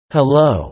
Hello